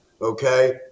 Okay